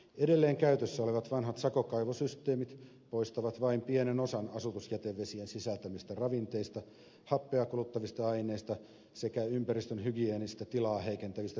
edelleen käytössä olevat vanhat sakokaivosysteemit poistavat vain pienen osan asutusjätevesien sisältämistä ravinteista happea kuluttavista aineista sekä ympäristön hygieenistä tilaa heikentävistä taudinaiheuttajista